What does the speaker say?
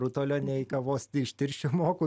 rutulio nei kavos tirščių moku